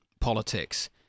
politics